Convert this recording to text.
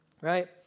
right